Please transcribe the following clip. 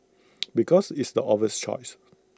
because it's the obvious choice